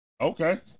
Okay